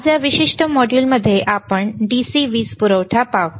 आज या विशिष्ट मॉड्यूलमध्ये आपण DC वीज पुरवठा पाहू